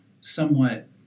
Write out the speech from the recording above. somewhat